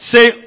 Say